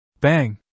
Bang